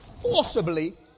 forcibly